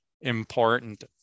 important